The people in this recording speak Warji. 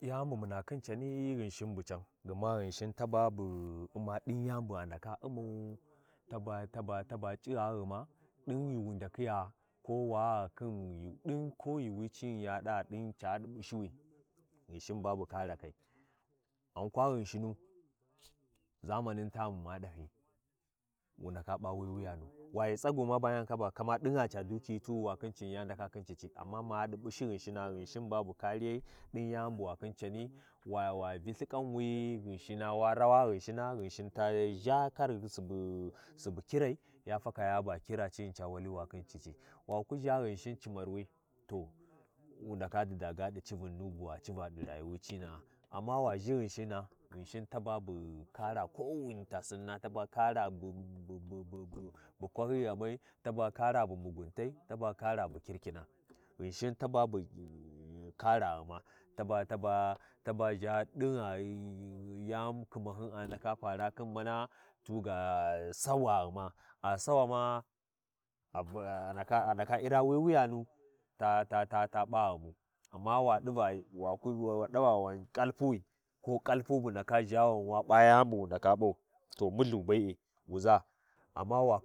Yani bu muna khin cani Ghinshin bu can, gma Ghinshin taba bu U’mma ɗin yani bu a ndaka U’mmau taɓa-taɓa bu U’mma ɗin ghi wu ndakhiyam ko wa khin ghi ɗin ko yuuwi cini ya ɗa caɗi ɓushiwi, Ghinshin ba bu caratai, ghan kwa Ghinshinu, zamanin tanu bu ma ɗahyi, waghi tsagu ma ba yaba kama ɗin ca dukiyu ti wiwa khin cici ya ndaka khin cici, amma maɗi bushi Ghinshina, Ghinshin ba bu kariyai ɗin yani bu wa khin cani, wa-wa Vyi Lthiƙanwi Ghinshina, wa rawa Ghinshina, Ghinshin ta ʒha wali wi wa khin cici. Wa ku ʒha Ghinshin cimarwi, to wundaka dida gaɗi civun nu buwa civa ɗi rayuwi cinda, amma wa ʒhi Ghinshina, Ghinshin taba bu kara kowini ta sinna taba kara bu-bu-bu kwahyi ghamai, taba kara bu muguntai, taba kara bu kirkina Ghinshin taba bu-u-u-u karghima, taba, tabaʒha ɗigha yani khinmahyun a ndaka para khin mana, tuga awaghima, a sawama, abu-a ndaka andaka ira wi wuyanu ta-ta-ta P’aghima amma wa ɗiva wa-waku, wan kalpuwi, ko kalpu bu ndaka ʒha wan wa P’a yani bu wu ndaka P’au, to muLthu be’e, wu ʒaa, amma wu